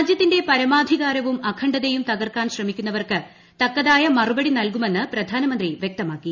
രാജ്യത്തിന്റെ പരമാധികാരവും അഖണ്ഡതയും തകർക്കാൻ ശ്രമിക്കുന്നവർക്ക് തക്കതായ മറുപടി നല്കുമെന്ന് പ്രധാനമന്ത്രി വ്യക്തമാക്കി